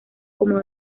como